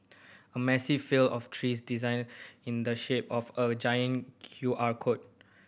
a massive field of trees designed in the shape of a giant Q R code